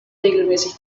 regelmäßig